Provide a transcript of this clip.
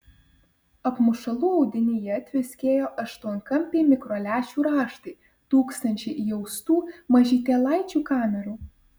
apmušalų audinyje tviskėjo aštuonkampiai mikrolęšių raštai tūkstančiai įaustų mažytėlaičių kamerų